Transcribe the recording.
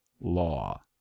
Law